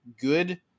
good